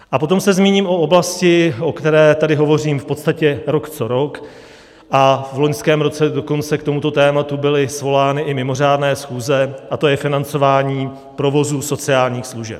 A potom se zmíním o oblasti, o které tady hovořím v podstatě rok co rok, a v loňském roce dokonce k tomuto tématu byly svolány i mimořádné schůze, a to je financování provozů sociálních služeb.